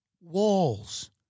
Walls